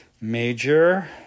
major